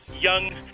young